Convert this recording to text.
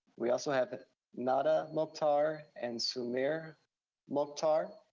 we also have nada mokhtar and sumir mokhtar.